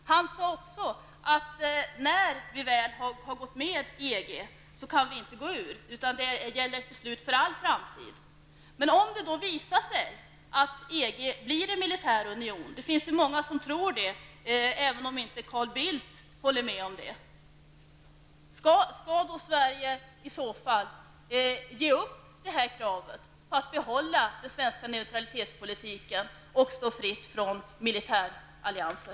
Han sade också att när vi väl har gått med i EG kan vi inte gå ur, utan beslutet gäller för all framtid. Men om det då visar sig att EG blir en militärunion -- det finns det många som tror, även om inte Carl Bildt håller med om det -- skall Sverige i så fall ge upp kravet på att behålla den svenska neutralitetspolitiken och stå fritt från militärallianser?